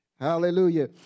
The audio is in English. Hallelujah